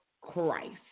Christ